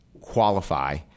qualify